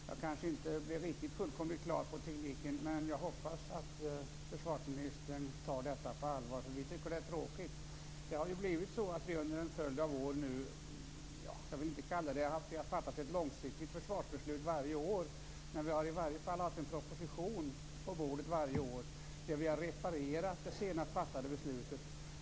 Herr talman! Jag blev kanske inte fullkomligt klar över tekniken, men jag hoppas att försvarsministern tar detta på allvar. Jag vill inte säga att vi har fattat ett långsiktigt försvarsbeslut varje år, men vi har i alla fall haft en proposition på bordet varje år, då vi har reparerat det senast fattade beslutet.